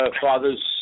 fathers